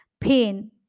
pain